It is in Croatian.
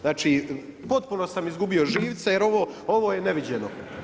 Znači potpuno sam izgubio živce jer ovo je neviđeno.